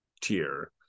tier